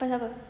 pasal apa